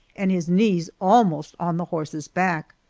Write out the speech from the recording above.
and his knees almost on the horse's back.